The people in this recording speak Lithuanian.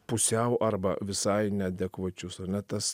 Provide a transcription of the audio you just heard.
pusiau arba visai neadekvačius ar ne tas